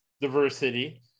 diversity